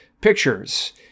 pictures